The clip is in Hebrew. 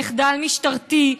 מחדל משטרתי,